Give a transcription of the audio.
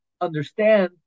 understand